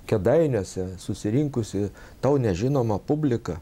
kėdainiuose susirinkusi tau nežinoma publika